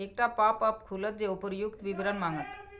एकटा पॉपअप खुलत जे उपर्युक्त विवरण मांगत